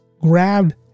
grabbed